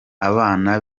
abana